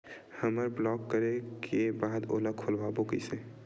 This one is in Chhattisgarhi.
हमर ब्लॉक करे के बाद ओला खोलवाबो कइसे?